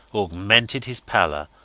augmented his pallor,